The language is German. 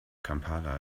kampala